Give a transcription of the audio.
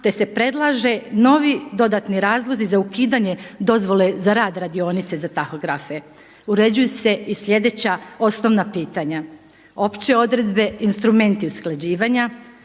te se predlaže novi dodatni razlozi za ukidanje dozvole za rad radionice za tahografe. Uređuju se i sljedeća osnovna pitanja, opće odredbe, instrumenti usklađivanja,